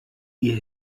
ihr